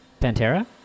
Pantera